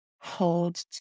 hold